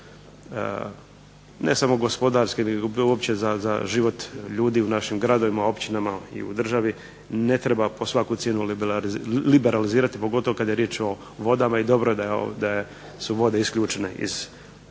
ne samo gospodarske nego uopće za život ljudi u našim gradovima, općinama i u državi ne treba po svaku cijenu liberalizirati pogotovo kada je riječ o vodama i dobro je da su vode isključene iz